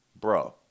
Bro